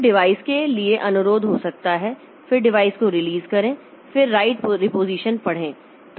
तो डिवाइस के लिए अनुरोध हो सकता है फिर डिवाइस को रिलीज करें फिर राइट रिपोजिशन पढ़ें